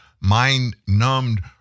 mind-numbed